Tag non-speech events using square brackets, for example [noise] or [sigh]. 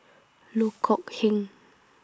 Loh [noise] Kok Heng